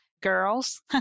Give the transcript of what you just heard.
girls